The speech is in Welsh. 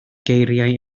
geiriau